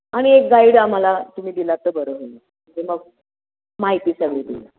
आणि एक गाईड आम्हाला तुम्ही दिला तर बरं होईल म्हणजे मग माहिती सगळी दिलं